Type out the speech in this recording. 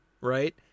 right